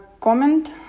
comment